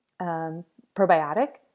Probiotic